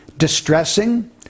distressing